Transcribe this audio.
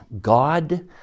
God